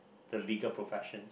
the legal profession